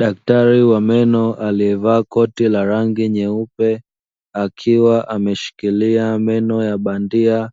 Daktari wa meno aliyevaa koti la rangi nyeupe, akiwa ameshikilia meno ya bandia,